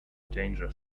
danger